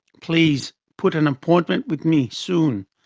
please put an appointment with me soon,